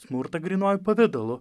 smurtą grynuoju pavidalu